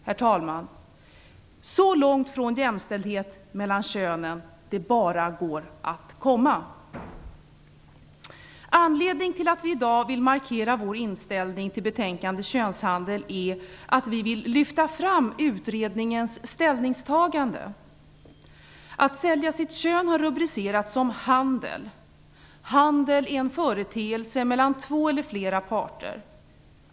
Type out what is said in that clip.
Herr talman! Detta är så långt från jämställdhet mellan könen som det bara går att komma. Anledningen till att vi i dag vill markera vår inställning till betänkandet om könshandel är att vi vill lyfta fram utredningens ställningstagande. Att sälja sitt kön har rubricerats som handel. Handel är en företeelse mellan två eller flera parter.